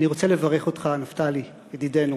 אני רוצה לברך אותך, נפתלי, ידידנו,